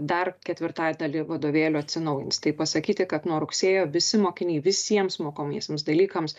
dar ketvirtadalį vadovėlių atsinaujins tai pasakyti kad nuo rugsėjo visi mokiniai visiems mokomiesiems dalykams